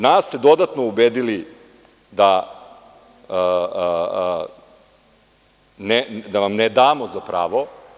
Nas ste dodatno ubedili da vam ne damo za pravo.